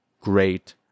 great